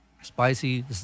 Spicy